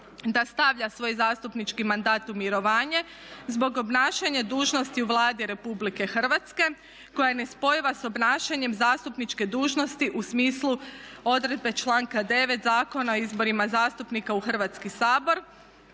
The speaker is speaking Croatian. da stavlja svoj zastupnički mandat u mirovanje zbog obnašanja dužnosti u Vladi RH koja je nespojiva s obnašanjem zastupničke dužnosti u smislu odredbe članka 9. Zakona o izborima zastupnika u Hrvatski sabor.